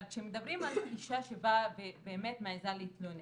אבל כשמדברים על אישה שבאה ובאמת מעזה להתלונן,